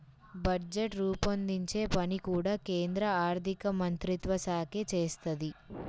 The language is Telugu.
బడ్జెట్ రూపొందించే పని కూడా కేంద్ర ఆర్ధికమంత్రిత్వశాఖే చేత్తది